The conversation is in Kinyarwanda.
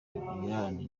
ibirarane